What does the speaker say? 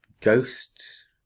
Ghost